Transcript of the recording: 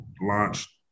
launched